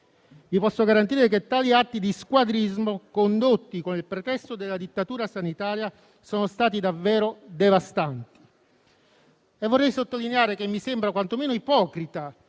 vi posso garantire che tali atti di squadrismo, condotti con il pretesto della dittatura sanitaria, sono stati davvero devastanti. Vorrei sottolineare che mi sembra quantomeno ipocrita